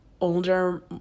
older